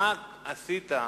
מה עשית,